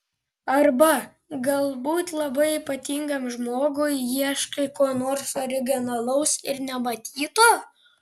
arba galbūt labai ypatingam žmogui ieškai ko nors originalaus ir nematyto